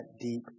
deep